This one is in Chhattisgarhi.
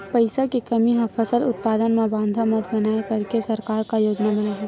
पईसा के कमी हा फसल उत्पादन मा बाधा मत बनाए करके सरकार का योजना बनाए हे?